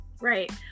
Right